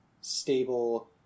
stable